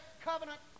covenant